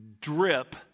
drip